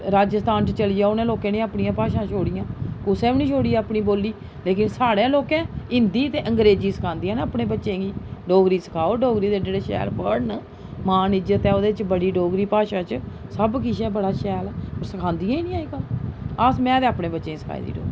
राज्यस्थान च चली जाओ उ'नें लोकें नी अपनियां भाशां छोड़ियां कुसै बी नी छोड़ी अपनी बोली लेकिन साढ़े लोकें हिंदी ते अंग्रेज़ी सखादियां न अपने बच्चें गी डोगरी सखाओ डोगरी दे एड्डे एड्डे शैल वर्ड न मान इज्जत ऐ ओह्दे च बड़ी डोगरी भाशा च सब किश ऐ बड़ा शैल ऐ सखादियां ई नेईं अज्जकल अस में ते अपने बच्चें गी सखाई दी डोगरी